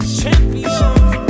champions